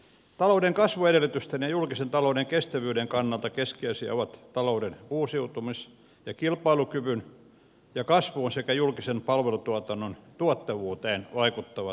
talouden kasvuedellytysten ja julkisen talouden kestävyyden kannalta keskeisiä ovat talouden uusiutumis ja kilpailukykyyn ja kasvuun sekä julkisen palvelutuotannon tuottavuuteen vaikuttavat toimet